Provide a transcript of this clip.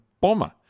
bomber